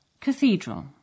Cathedral